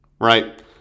Right